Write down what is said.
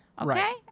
Okay